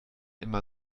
immer